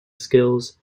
skills